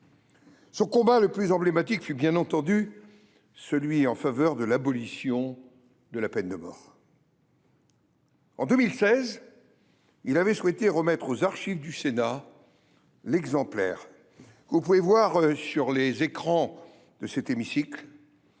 Son combat le plus emblématique fut, bien entendu, celui en faveur de l’abolition de la peine de mort. En 2016, il avait souhaité remettre aux archives du Sénat l’exemplaire – que vous pouvez voir sur les écrans de l’hémicycle